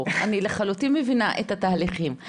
אני לחלוטין מבינה את התהליכים.